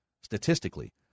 statistically